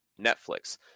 Netflix